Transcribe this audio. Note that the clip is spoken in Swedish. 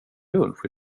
lunch